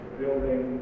building